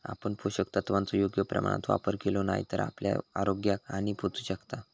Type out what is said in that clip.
आपण पोषक तत्वांचो योग्य प्रमाणात वापर केलो नाय तर आपल्या आरोग्याक हानी पोहचू शकता